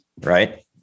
Right